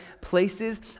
places